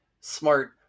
smart